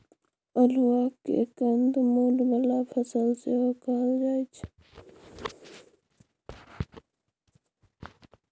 अल्हुआ केँ कंद मुल बला फसल सेहो कहल जाइ छै